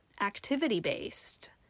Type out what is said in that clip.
activity-based